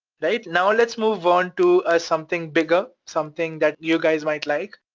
right? now, let's move on to something bigger, something that you guys might like,